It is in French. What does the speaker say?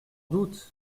doute